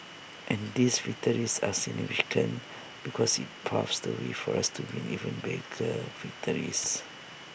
and these victories are significant because IT paves the way for us to win even bigger victories